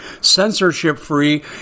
censorship-free